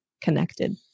connected